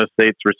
State's